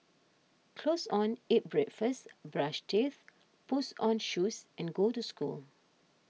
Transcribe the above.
clothes on eat breakfast brush teeth puts on shoes and go to school